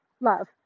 love